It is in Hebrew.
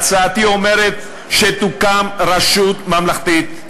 הצעתי אומרת שתוקם רשות ממלכתית.